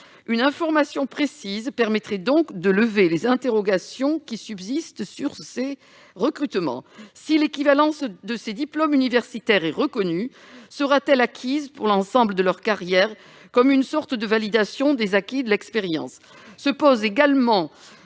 Une information précise permettrait de lever les interrogations qui subsistent sur ces recrutements. Si l'équivalence de ces diplômes universitaires devait être reconnue, sera-t-elle acquise pour l'ensemble de leur carrière, comme une sorte de validation des acquis de l'expérience ?